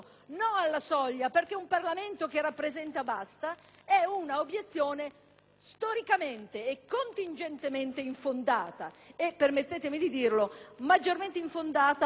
storicamente e contingentemente infondata e, permettetemi di dirlo, maggiormente infondata oggi in questa crisi così pesante e a causa della quale le istituzioni comunitarie dovranno essere